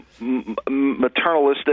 maternalistic